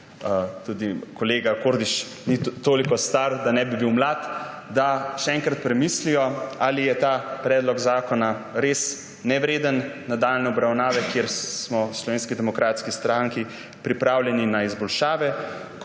tudi kolega Kordiš ni toliko star, da ne bi bil mlad, da še enkrat premislijo, ali je ta predlog zakona res nevreden nadaljnje obravnave, kjer smo v Slovenski demokratski stranki pripravljeni na izboljšave.